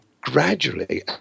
gradually